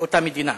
באותה מדינה.